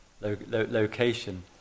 location